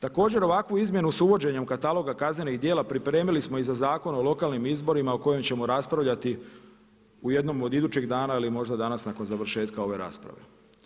Također ovakvu izmjenu s uvođenjem kataloga kaznenih djela pripremili smo i za Zakon o lokalnim izborima o kojem ćemo raspravljati u jednom od idućeg dana ili možda danas nakon završetka ove rasprave.